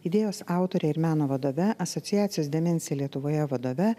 idėjos autore ir meno vadove asociacijos demensija lietuvoje vadove